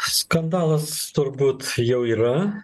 skandalas turbūt jau yra